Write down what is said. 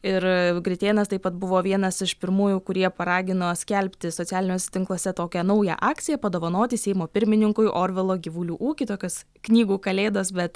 ir gritėnas taip pat buvo vienas iš pirmųjų kurie paragino skelbti socialiniuos tinkluose tokią naują akciją padovanoti seimo pirmininkui orvelo gyvulių ūkį tokios knygų kalėdos bet